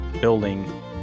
building